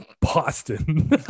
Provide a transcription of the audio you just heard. Boston